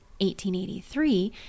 1883